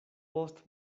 post